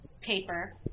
paper